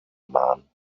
man